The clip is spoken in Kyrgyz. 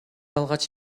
алгач